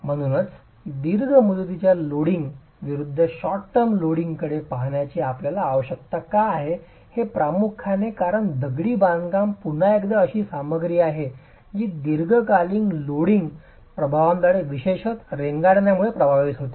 म्हणूनच दीर्घ मुदतीच्या लोडिंग विरूद्ध शॉर्ट टर्म लोडिंगकडे पाहण्याची आपल्याला आवश्यकता का आहे प्रामुख्याने कारण दगडी बांधकाम पुन्हा एकदा अशी सामग्री आहे जी दीर्घकालीन लोडिंग प्रभावांद्वारे विशेषतः रेंगाळण्यामुळे प्रभावित होते